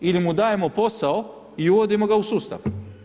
Ili mu dajemo posao i uvodimo ga u sustav.